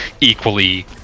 equally